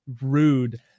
rude